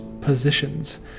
positions